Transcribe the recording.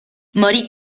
morì